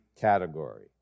category